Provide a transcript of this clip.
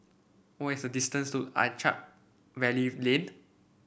what is the distance to Attap Valley Lane